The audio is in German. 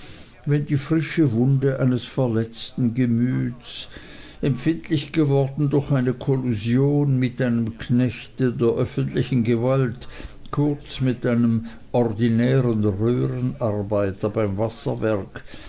wenn die frische wunde eines verletzten gemüts empfindlich geworden durch eine kollusion mit einem knechte der öffentlichen gewalt kurz mit einem ordinären röhrenarbeiter beim wasserwerk